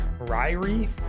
Ryrie